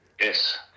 Yes